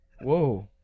Whoa